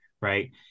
Right